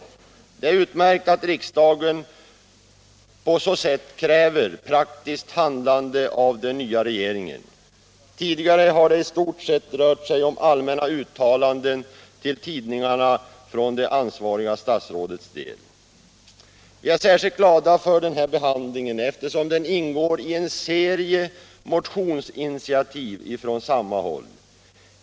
Det är utmärkt att riksdagen på så sätt kräver praktiskt handlande av den nya regeringen. Tidigare har det i stort sett rört sig om allmänna uttalanden till tidningarna från det ansvariga statsrådet. Vi är särskilt glada för den här behandlingen eftersom motionen ingår i en serie motionsinitiativ från samma håll.